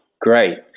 Great